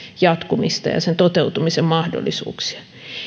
jatkumista ja sen toteutumisen mahdollisuuksia